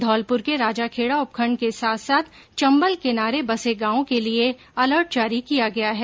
धौलपुर के राजाखेडा उपखण्ड के साथ साथ चवल किनारे बसे गांवो के लिए अलर्ट जारी किया गया है